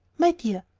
my dear,